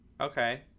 Okay